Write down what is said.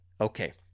Okay